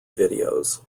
videos